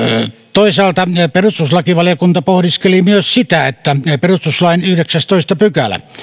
toisaalta perustuslakivaliokunta pohdiskeli myös sitä että perustuslain yhdeksästoista pykälä